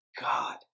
God